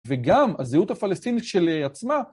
וגם הזהות הפלסטינית שלעצמה.